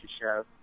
show